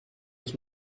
ons